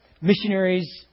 missionaries